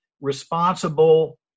responsible